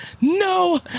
No